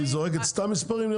נראה לך שהיא סתם זורקת מספרים?